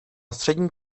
střední